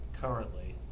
currently